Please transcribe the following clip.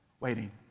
waiting